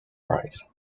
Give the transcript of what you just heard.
rising